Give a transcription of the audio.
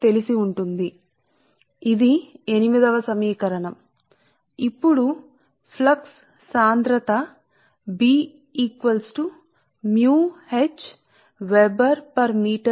ఎందుకంటే తరువాత ఈ సమీకరణం ఉపయోగించబడుతుంది ఈ సమీకరణం సరిగ్గా ఉపయోగించబడుతుంది ఇప్పుడు flux density ని webermeter2 లలోతెలుపుతాము